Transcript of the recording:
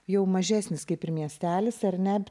jau mažesnis kaip ir miestelis ar ne